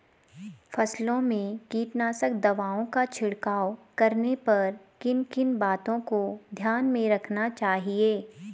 फसलों में कीटनाशक दवाओं का छिड़काव करने पर किन किन बातों को ध्यान में रखना चाहिए?